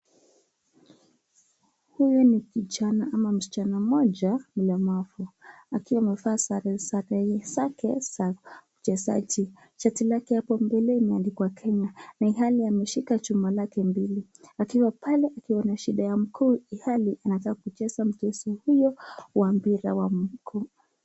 Huyu ni kijana ama msichana mmoja mlemavu akiwa amevaa sare zake za uchezaji, shali lake hapo mbele imeandikwa Kenya ilhali ameshika chuma zake mbili akiwa pale akiwa shida ya mguu yaani anataka kucheza mchezo huo wa mpira ya mguu.